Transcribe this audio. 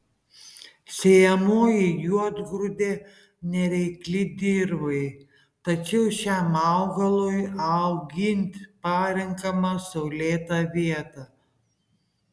sėjamoji juodgrūdė nereikli dirvai tačiau šiam augalui auginti parenkama saulėta vieta